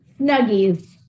Snuggies